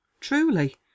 Truly